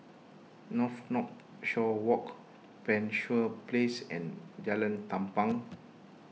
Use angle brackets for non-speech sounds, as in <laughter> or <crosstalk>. <unintelligible> shore Walk Penshurst Place and Jalan Tampang